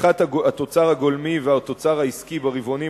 צמיחת התוצר הגולמי והתוצר העסקי ברבעונים